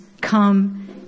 come